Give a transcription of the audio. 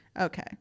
okay